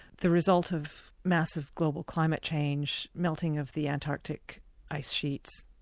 the result of massive global climate change, melting of the antarctic ice sheets,